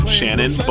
Shannon